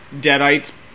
deadites